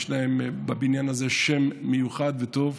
יש להם בבניין הזה שם מיוחד וטוב,